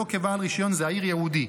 לא כבעל רישיון זעיר ייעודי.